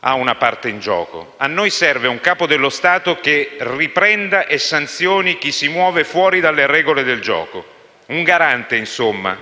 ha una parte in gioco). A noi serve un Capo dello Stato che riprenda e sanzioni chi si muove fuori dalle regole del gioco, un garante, insomma,